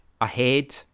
ahead